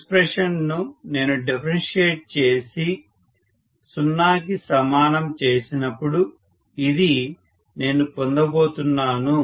expression ను నేను differentiate చేసి 0 కి సమానం చేసినప్పుడు ఇదే నేను పొందబోతున్నాను